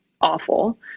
awful